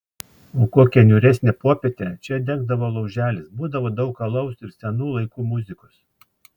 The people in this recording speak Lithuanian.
o kokią niūresnę popietę čia degdavo lauželis būdavo daug alaus ir senų laikų muzikos